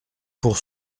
pour